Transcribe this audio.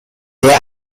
der